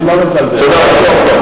תודה רבה.